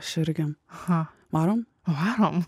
aš irgi cha varo a